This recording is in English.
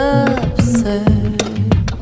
absurd